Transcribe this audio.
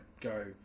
go